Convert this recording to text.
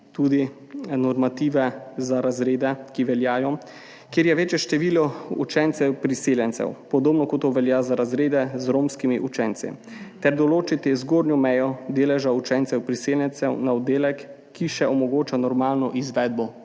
tudi normative, ki veljajo za razrede, kjer je večje število učencev priseljencev, podobno kot to velja za razrede z romskimi učenci, ter določiti zgornjo mejo deleža učencev priseljencev na oddelek, ki še omogoča normalno izvedbo